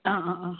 ആ ആ ആ